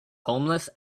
homeless